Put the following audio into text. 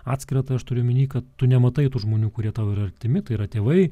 atskirą tai aš turiu omeny kad tu nematai tų žmonių kurie tau yra artimi tai yra tėvai